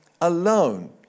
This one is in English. alone